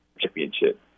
championship